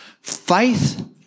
Faith